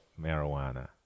marijuana